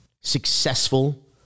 successful